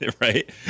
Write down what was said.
Right